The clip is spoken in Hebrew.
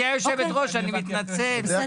אני הבנתי אחרת.